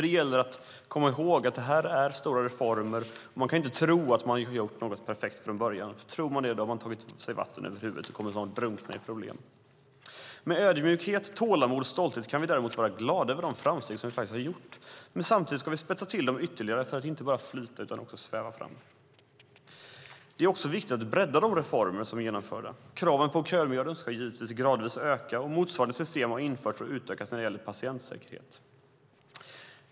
Det gäller att komma ihåg att detta är stora reformer. Man kan inte tro att man gjort något perfekt från början. Tror man det har man tagit sig vatten över huvudet och kommer snart att drunkna i problem. Med ödmjukhet, tålamod och stolthet kan vi däremot vara glada över de framsteg som vi faktiskt har gjort. Samtidigt ska vi spetsa till dem ytterligare för att inte bara flyta utan också sväva fram. Det är också viktigt att bredda de reformer som är genomförda. Kraven på kömiljarden ska givetvis gradvis öka, och motsvarande system har införts och utökats när det gäller patientsäkerhet.